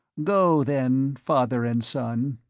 go, then, father and son,